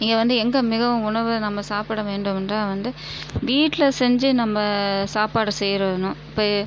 இங்கே வந்து எங்கள் மிகவும் உணவு நம்ம சாப்பிட வேண்டும் என்றால் வந்து வீட்டில் செஞ்சு நம்ப சாப்பாடு செய்றணும் இப்போ